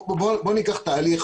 בוא ניקח תהליך,